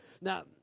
Now